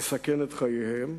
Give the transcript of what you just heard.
לסכן את חייהם,